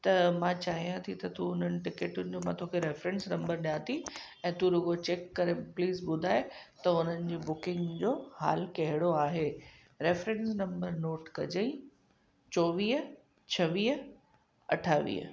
त मां चाहियां थी त तूं उन्हनि टिकेटुनि जो मां तोखे रेफ़्रेंस नम्बर ॾियां थी ऐं तूं रुॻो चैक करे प्लीज़ ॿुधाए त हुननि जी बुकिंग जो हालु कहिड़ो आहे रेफ़्रेंस नम्बर नोट कजें चोवीह छवीह अठावीह